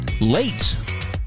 late